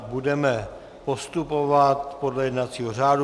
Budeme postupovat podle jednacího řádu.